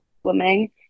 swimming